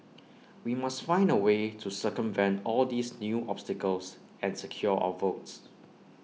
we must find A way to circumvent all these new obstacles and secure our votes